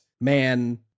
man